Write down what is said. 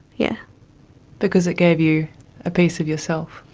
yeah because it gave you a piece of yourself?